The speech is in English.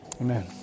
amen